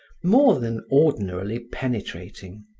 more than ordinarily penetrating.